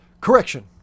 Correction